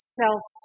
self